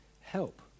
help